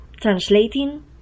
Translating